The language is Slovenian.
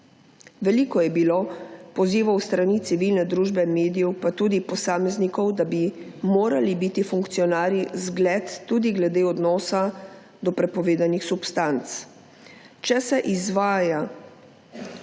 Veliko je bilo pozivov s strani civilne družbe in medijev in tudi posameznikov, da bi morali biti funkcionarji zgled tudi glede odnosa do prepovedanih substanc. Če se izvaja